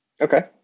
Okay